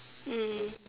mm